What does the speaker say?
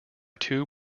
two